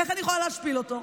איך אני יכולה להשפיל אותו?